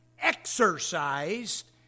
exercised